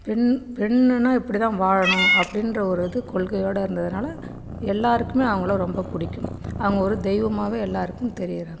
பெண் பெண்ணுன்னால் இப்படிதான் வாழணும் அப்படின்ற ஒரு இது கொள்கையோடு இருந்ததினால எல்லோருக்குமே அவங்களை ரொம்ப பிடிக்கும் அவங்க ஒரு தெய்வமாகவே எல்லோருக்கும் தெரிகிறாங்க